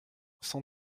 cent